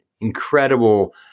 incredible